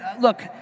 Look